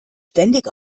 ständig